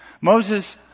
Moses